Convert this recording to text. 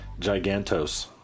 Gigantos